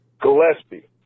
Gillespie